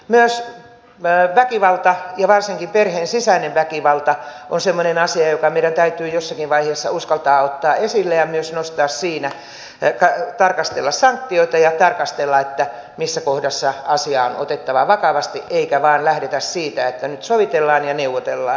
myös väkivalta ja varsinkin perheen sisäinen väkivalta on semmoinen asia joka meidän täytyy jossakin vaiheessa uskaltaa ottaa esille ja myös siinä tarkastella sanktioita ja tarkastella missä kohdassa asia on otettava vakavasti eikä vain lähteä siitä että nyt sovitellaan ja neuvotellaan